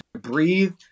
breathe